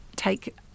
take